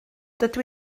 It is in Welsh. dydw